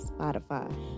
Spotify